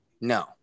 No